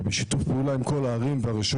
ועם שיתוף, פעולה עם כל הערים והרשויות